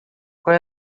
qual